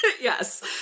Yes